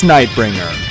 Nightbringer